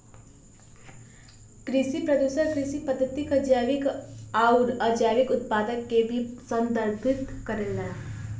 कृषि प्रदूषण कृषि पद्धति क जैविक आउर अजैविक उत्पाद के भी संदर्भित करेला